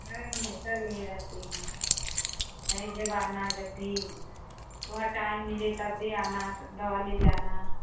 हाँ हमेशा यहीं रहती हैं चाहे जब आना जब भी तुम्हें टाइम मिले तब भी आना दवा ले जाना